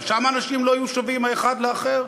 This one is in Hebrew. גם שם אנשים לא יהיו שווים האחד לאחר?